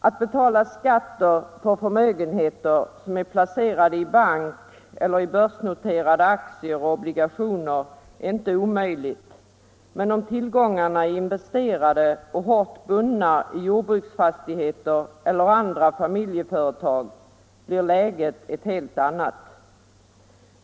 Att betala skatter för förmögenheter, som är placerade i bank eller i börsnoterade aktier och obligationer är inte omöjligt, men om tillgångarna är investerade och hårt bundna i jordbruksfastigheter eller andra familjeföretag, blir läget ett helt annat.